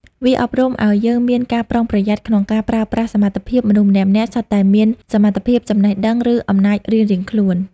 វាអប់រំអោយយើងមានការប្រុងប្រយ័ត្នក្នុងការប្រើប្រាស់សមត្ថភាព មនុស្សម្នាក់ៗសុទ្ធតែមានសមត្ថភាព ចំណេះដឹង ឬអំណាចរៀងៗខ្លួន។